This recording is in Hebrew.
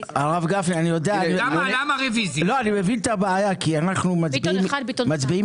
אני מבין את הבעיה כי בוועדת כספים תמיד אנחנו מצביעים